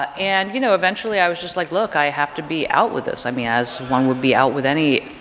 and, you know, eventually, i was just, like, look i have to be out with this. i mean, as one would be out with any,